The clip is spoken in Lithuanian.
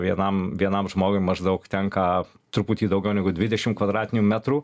vienam vienam žmogui maždaug tenka truputį daugiau negu dvidešim kvadratinių metrų